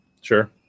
Sure